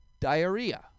diarrhea